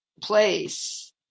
place